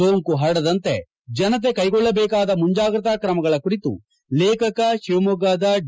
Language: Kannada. ಸೋಂಕು ಪರಡದಂತೆ ಜನತೆ ಕೈಗೊಳ್ಳಬೇಕಾದ ಮುಂಜಾಗ್ರತಾ ಕ್ರಮಗಳ ಕುರಿತು ಲೇಖಕ ಶಿವಮೊಗ್ಗದ ಡಿ